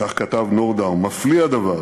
כך כתב נורדאו: מפליא הדבר,